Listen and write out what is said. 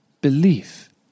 Belief